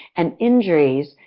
and injuries?